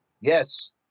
Yes